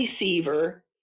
receiver